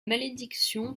malédiction